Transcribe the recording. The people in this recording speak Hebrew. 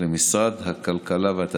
16 מצביעים בעד,